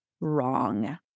Wrong